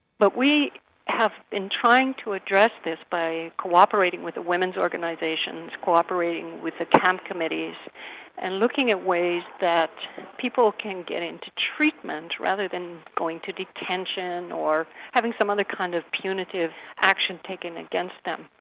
but we have been trying to address this by cooperating with the women's organisations, cooperating with the camp committees and looking at ways that people can get into treatment rather than going to detention, or having some other kind of punitive action taken against them.